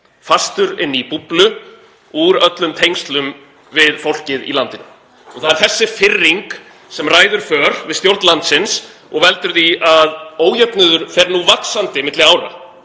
fastur inni í búblu, úr öllum tengslum við fólkið í landinu. Það er þessi firring sem ræður för við stjórn landsins og veldur því að ójöfnuður fer vaxandi milli ára,